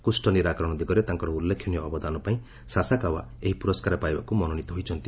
କୁଷ୍ଟ ନିରାକରଣ ଦିଗରେ ତାଙ୍କର ଉଲ୍ଲେଖନିୟ ଅବଦାନ ପାଇଁ ସାସାକାୱା ଏହି ପୁରସ୍କାର ପାଇବାକୁ ମନୋନିତ ହୋଇଛନ୍ତି